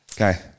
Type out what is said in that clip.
Okay